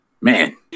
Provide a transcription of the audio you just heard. Man